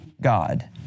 God